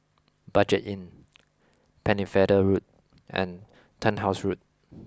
budget Inn Pennefather Road and Turnhouse Road